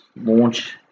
launch